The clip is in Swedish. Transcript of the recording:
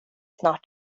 snart